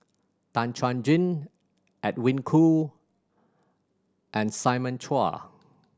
Tan Chuan Jin Edwin Koo and Simon Chua